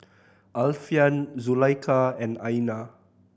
Alfian Zulaikha and Aina